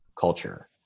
Culture